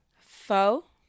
Faux